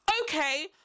okay